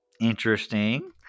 interesting